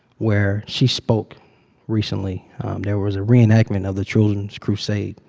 where she spoke recently there was a re-enactment of the children's crusade,